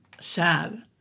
sad